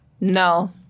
no